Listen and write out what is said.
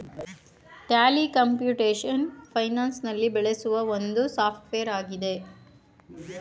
Tally computation finance ನಲ್ಲಿ ಬೆಳೆಸುವ ಒಂದು ಸಾಫ್ಟ್ವೇರ್ ಆಗಿದೆ